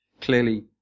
clearly